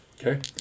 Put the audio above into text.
Okay